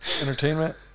Entertainment